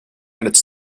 got